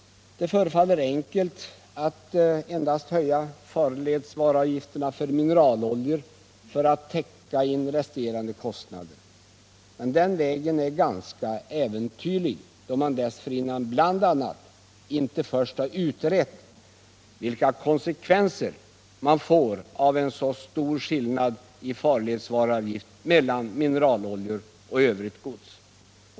Det förefaller enkelt att endast höja farledsvaruavgiften för mineraloljor för att täcka in resterande kostnader. Den vägen är ganska äventyrlig, då man inte dessförinnan först har utrett bl.a. vilka konsekvenser man får av en så stor skillnad i farledsvaruavgift mellan mineraloljor och övrigt gods.